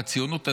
בציונות הדתית,